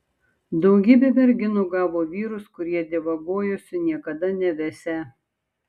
daugybė merginų gavo vyrus kurie dievagojosi niekada nevesią